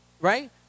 right